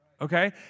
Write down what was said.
Okay